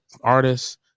artists